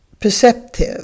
perceptive